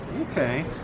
Okay